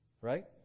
right